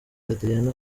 adriana